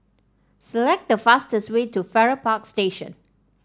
select the fastest way to Farrer Park Station